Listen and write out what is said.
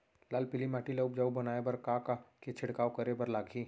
लाल पीली माटी ला उपजाऊ बनाए बर का का के छिड़काव करे बर लागही?